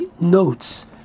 notes